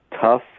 Tough